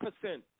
percent